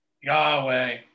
Yahweh